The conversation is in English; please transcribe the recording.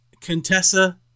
Contessa